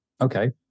Okay